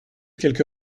quelque